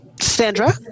Sandra